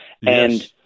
Yes